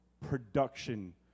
production